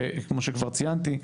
כמו שכבר ציינתי,